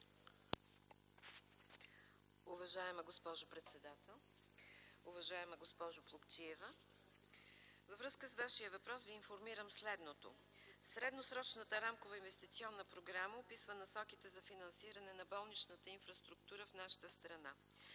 Уважаема госпожо председател! Уважаема госпожо Плугчиева, във връзка с Вашия въпрос Ви информирам следното. Средносрочната рамкова инвестиционна програма описва насоките за финансиране на болничната инфраструктура в нашата страна.